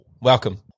Welcome